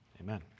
Amen